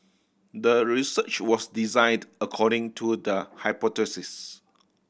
the research was designed according to the hypothesis